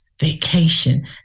vacation